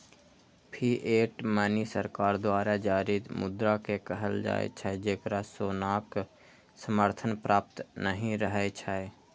fiat money सरकार द्वारा जारी मुद्रा कें कहल जाइ छै, जेकरा सोनाक समर्थन प्राप्त नहि रहै छै